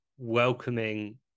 welcoming